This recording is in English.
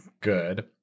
Good